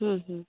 ᱦᱩᱸ ᱦᱩᱸ